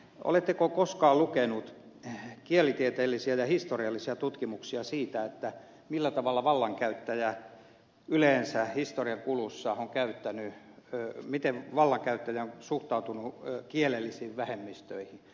oletteko koskaan lukenut kielitieteellisiä ja historiallisia tutkimuksia siitä millä tavalla vallankäyttäjä yleensä historian kulussa on käyttänyt täältä miten vallankäyttö ja suhtautunut kielellisiin vähemmistöihin